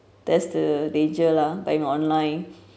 that's the danger lah buying online